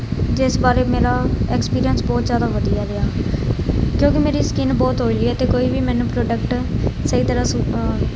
ਜਿਸ ਬਾਰੇ ਮੇਰਾ ਐਕਸਪੀਰੀਅੰਸ ਬਹੁਤ ਜ਼ਿਆਦਾ ਵਧੀਆ ਰਿਹਾ ਕਿਉਂਕਿ ਮੇਰੀ ਸਕਿੰਨ ਬਹੁਤ ਓਈਲੀ ਹੈ ਅਤੇ ਕੋਈ ਵੀ ਮੈਨੂੰ ਪ੍ਰੋਡਕਟ ਸਹੀ ਤਰ੍ਹਾਂ ਸੂ